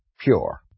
pure